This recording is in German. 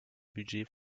budget